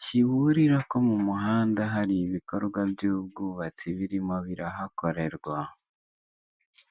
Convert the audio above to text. kiburira ko mu muhanda hari ibikorwa by'ubwubatsi birimo birahakorerwa.